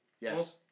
yes